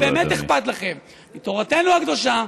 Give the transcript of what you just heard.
שבאמת אכפת לכם מתורתנו הקדושה,